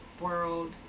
world